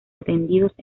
atendidos